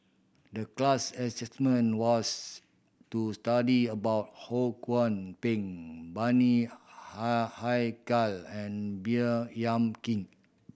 the class was to study about Ho Kwon Ping Bani and Baey Yam Keng